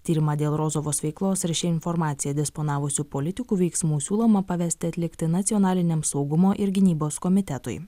tyrimą dėl rozovos veiklos ir šia informacija disponavusių politikų veiksmų siūloma pavesti atlikti nacionaliniam saugumo ir gynybos komitetui